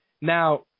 Now